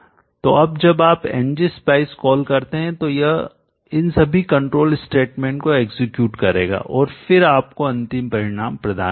तो अब जब आप ng spice कॉल कहते हैं तो यह इन सभी कंट्रोल स्टेटमेंटनियंत्रण कथनों को एग्जीक्यूटनिष्पादित करेगा और फिर आपको अंतिम परिणाम प्रदान करेगा